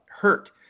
hurt